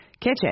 kitchen